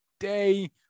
day